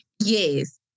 Yes